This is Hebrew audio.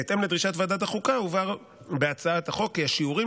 בהתאם לדרישת ועדת החוקה הובהר בהצעת החוק כי השיעורים